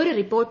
ഒരു റിപ്പോർട്ട്